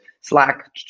Slack